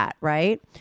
Right